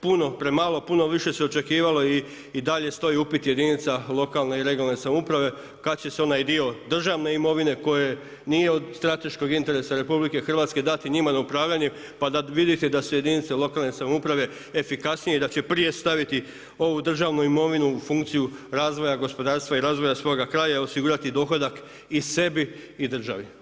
Puno premalo, puno više se očekivalo i dalje stoji upit jedinica lokalne i regionalne samouprave kad će se onaj dio državne imovine koje nije od strateškog interesa RH dati njima na upravljanje pa da vidite da su jedinice lokalne samouprave efikasnije i da će prije staviti ovu državnu imovinu u funkciju razvoja gospodarstva i razvoja svoga kraja i osigurati dohodak i sebi i državi.